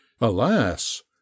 Alas